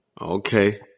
Okay